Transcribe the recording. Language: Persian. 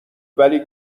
ولی